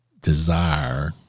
desire